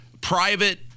private